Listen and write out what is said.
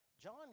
John